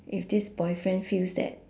if this boyfriend feels that